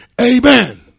Amen